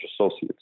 Associates